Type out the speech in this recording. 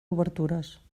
obertures